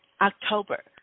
October